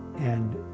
and